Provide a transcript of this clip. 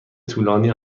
طولانی